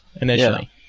initially